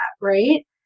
right